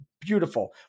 beautiful